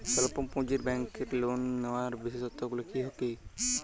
স্বল্প পুঁজির ব্যাংকের লোন নেওয়ার বিশেষত্বগুলি কী কী?